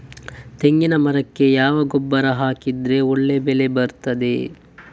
ತೆಂಗಿನ ಮರಕ್ಕೆ ಯಾವ ಗೊಬ್ಬರ ಹಾಕಿದ್ರೆ ಒಳ್ಳೆ ಬೆಳೆ ಬರ್ತದೆ?